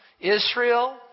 Israel